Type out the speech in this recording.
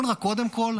קודם כול,